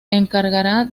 encargará